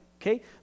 okay